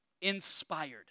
inspired